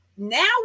Now